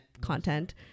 content